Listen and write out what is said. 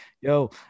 Yo